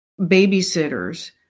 babysitters